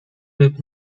ryb